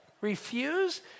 Refuse